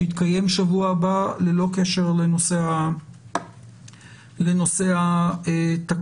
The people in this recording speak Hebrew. שיתקיים שבוע הבא, ללא קשר לנושא התקנות.